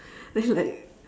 then like